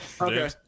Okay